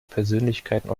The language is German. persönlichkeiten